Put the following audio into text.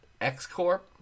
X-Corp